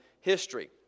history